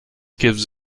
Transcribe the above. gives